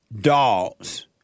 dogs